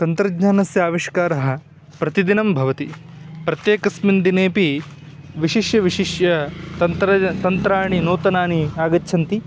तन्त्रज्ञानस्य आविष्कारः प्रतिदिनं भवति प्रत्येकस्मिन् दिनेऽपि विशिष्य विशिष्य तन्त्राणि तन्त्राणि नूतनानि आगच्छन्ति